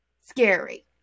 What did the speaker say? scary